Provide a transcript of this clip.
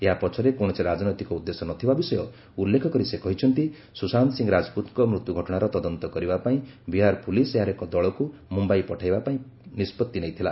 ଏହା ପଛରେ କୌଣସି ରାଜନୈତିକ ଉଦ୍ଦେଶ୍ୟ ନଥିବା ବିଷୟ ଉଲ୍ଲେଖ କରି ସେ କହିଛନ୍ତି ସୁଶାନ୍ତ ସିଂ ରାଜପୁତଙ୍କ ମୃତ୍ୟୁଘଟଣାର ତଦନ୍ତ କରିବା ପାଇଁ ବିହାର ପୋଲିସ୍ ଏହାର ଏକ ଦଳକୁ ମୁମ୍ବାଇ ପଠାଇବା ପାଇଁ ନିଷ୍ପଭି ନେଇଥିଲା